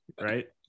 right